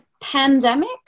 pandemic